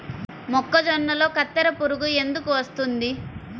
మొక్కజొన్నలో కత్తెర పురుగు ఎందుకు వస్తుంది?